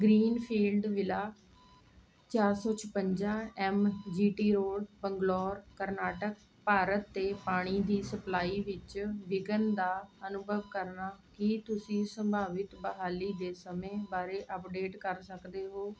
Greenfield villa ਚਾਰ ਸੋ ਛਪੰਜਾ M G T road Bangalore Karnataka Bharat 'ਤੇ ਪਾਣੀ ਦੀ ਸਪਲਾਈ ਵਿੱਚ ਵਿਘਨ ਦਾ ਅਨੁਭਵ ਕਰਨਾ ਕੀ ਤੁਸੀਂ ਸੰਭਾਵਿਤ ਬਹਾਲੀ ਦੇ ਸਮੇਂ ਬਾਰੇ ਅੱਪਡੇਟ ਕਰ ਸਕਦੇ ਹੋ